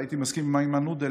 אולי הייתי מסכים עם איימן עודה,